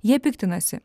jie piktinasi